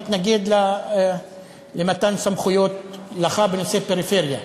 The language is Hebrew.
מתנגד למתן סמכויות לך בנושאי פריפריה.